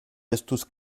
estus